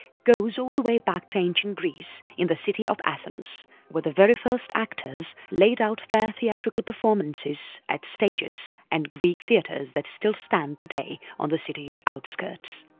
goes all the way back to ancient greece, in the city of athens where the very first actors laid out their theatrical performances at stages and greek theatres that still stand today on the city's outskirts.